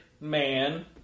man